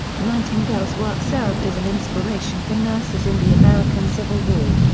nightingale's work served as an inspiration for nurses in the american civil war.